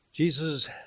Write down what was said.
Jesus